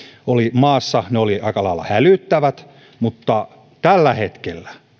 maassa aika lailla hälyttävät mutta tällä hetkellä